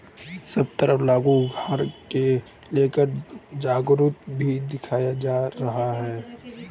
सब तरफ लघु उद्योग को लेकर जागरूकता भी दिखाई जा रही है